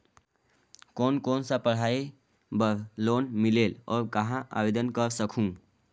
कोन कोन सा पढ़ाई बर लोन मिलेल और कहाँ आवेदन कर सकहुं?